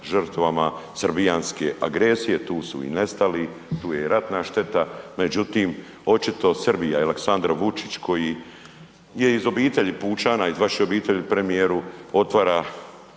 žrtvama srbijanske agresije, tu su i nestali, tu je i ratna šteta. Međutim, očito Srbija i Aleksandar Vučić koji je iz obitelji pučana, iz vaše obitelji premijeru, otvara